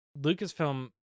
Lucasfilm